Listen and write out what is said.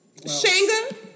Shanga